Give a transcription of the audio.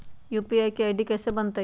UPI के ID कैसे बनतई?